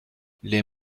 les